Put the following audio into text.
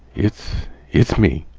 it's it's me.